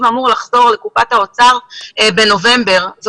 ובנובמבר התקציב אמור לחזור לקופת האוצר.